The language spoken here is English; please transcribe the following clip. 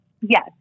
yes